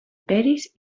peris